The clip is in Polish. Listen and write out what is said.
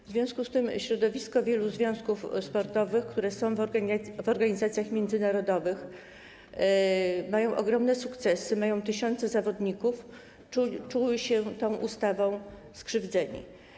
W związku z tym środowiska wielu związków sportowych, które są w organizacjach międzynarodowych, mają ogromne sukcesy, mają tysiące zawodników, czuły się tą ustawą skrzywdzone.